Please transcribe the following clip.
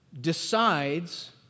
decides